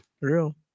real